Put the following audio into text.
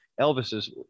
Elvis's